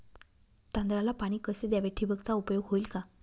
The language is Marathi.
तांदळाला पाणी कसे द्यावे? ठिबकचा उपयोग होईल का?